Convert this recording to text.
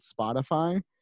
Spotify